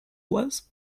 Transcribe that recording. was